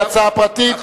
היא הצעה פרטית,